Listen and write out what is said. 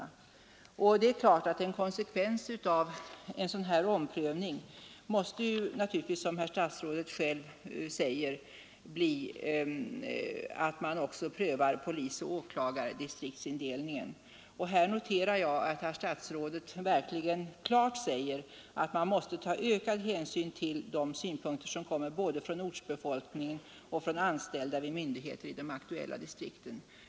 Som statsrådet själv sade måste en konsekvens av en omprövning bli att man också omprövar polisoch åklagardistriktsorganisationen. Jag noterar där att statsrådet verkligen klart säger ifrån att man måste ta ökad hänsyn till synpunkterna från både ortsbefolkningen och de anställda vid myndigheter i de aktuella distrikten.